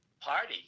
party